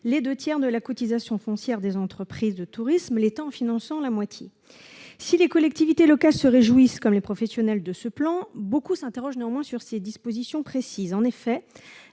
les deux tiers de la cotisation foncière des entreprises de tourisme, l'État en finançant la moitié. Si les collectivités locales, comme les professionnels, se réjouissent de ce plan, beaucoup s'interrogent néanmoins sur ses dispositions précises. En effet,